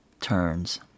turns